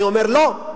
אני אומר: לא,